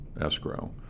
escrow